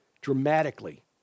dramatically